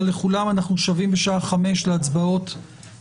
הישיבה ננעלה בשעה 15:55.